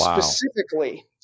Specifically